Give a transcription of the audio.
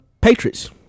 Patriots